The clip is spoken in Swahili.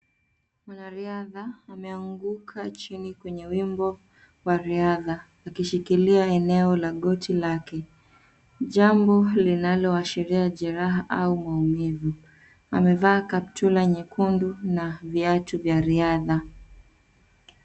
Mwanariadha ameanguka chini kwenye wimbo wa riadha , akishikilia eneo la goti lake .Jambo linalo ashiria jeraha au maumivu. Amevaa kaptula nyekundu na viatu vya riadha.